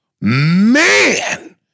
Man